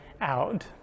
out